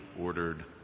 ordered